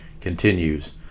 continues